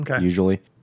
usually